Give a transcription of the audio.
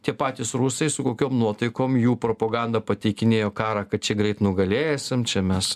tie patys rusai su kokiom nuotaikom jų propaganda pateikinėjo karą kad čia greit nugalėsim čia mes